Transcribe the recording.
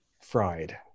fried